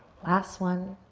last one.